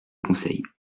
conseils